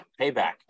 payback